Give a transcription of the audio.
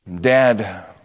Dad